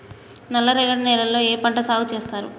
నల్లరేగడి నేలల్లో ఏ పంట సాగు చేస్తారు?